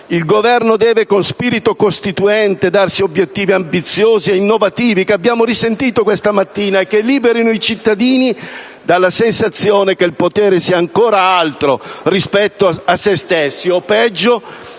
il Governo deve, con spirito costituente, darsi obiettivi ambiziosi e innovativi, che abbiamo risentito questa mattina, e che liberino i cittadini dalla sensazione che il potere sia ancora altro rispetto a se stessi o, peggio,